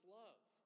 love